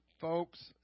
folks